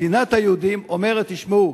מדינת היהודים אומרת: תשמעו,